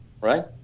right